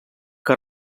que